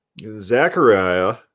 Zechariah